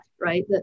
right